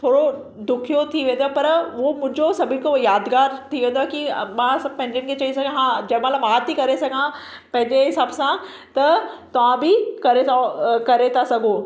थोरो ॾुखियो थी वेंदो आहे पर उहो मुंहिंजो सभिनि खां यादिगार थी वेंदो आहे की मां सभु पंहिंजनि खे चई सघां हा जंहिंमहिल मां थी करे सघां पंहिंजे हिसाबु सां त तव्हां बि करे था करे था सघो